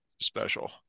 special